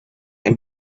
and